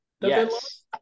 Yes